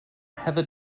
heather